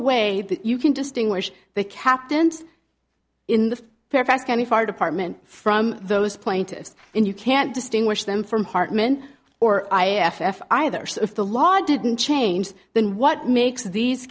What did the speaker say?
that you can distinguish the captains in the fairfax county fire department from those plaintiffs and you can't distinguish them from hartmann or i a f f either so if the law didn't change then what makes these